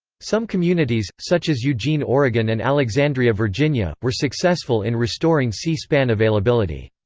some communities, such as eugene, oregon and alexandria, virginia, were successful in restoring c-span availability.